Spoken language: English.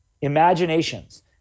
imaginations